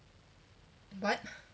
what